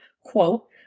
quote